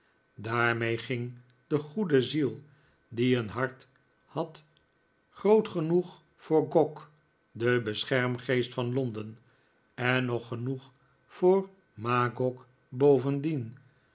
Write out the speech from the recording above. daarmee ging de goede ziel die een hart had groot genoeg voor gog den beschermgeest van londen en nog genoeg voor magog bovendien